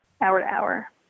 hour-to-hour